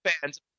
fans